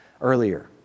earlier